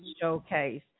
showcase